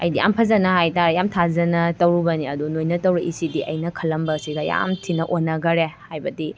ꯑꯩꯗꯤ ꯌꯥꯝ ꯐꯖꯅ ꯍꯥꯏꯇꯥꯔꯦ ꯌꯥꯝ ꯊꯥꯖꯅ ꯇꯧꯔꯨꯕꯅꯤ ꯑꯗꯨ ꯅꯣꯏꯅ ꯇꯧꯔꯛꯏꯁꯤꯗꯤ ꯑꯩꯅ ꯈꯜꯂꯝꯕꯁꯤꯒ ꯌꯥꯝ ꯊꯤꯟ ꯑꯣꯟꯅꯈꯔꯦ ꯍꯥꯏꯕꯗꯤ